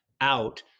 out